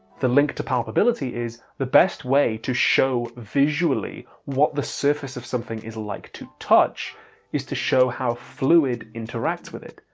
the link to palpability is the best way to show visually what the surface of something is like to touch is to show how fluid interacts with it.